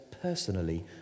personally